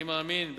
אני מאמין כי,